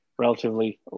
Relatively